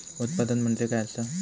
उत्पादन म्हणजे काय असा?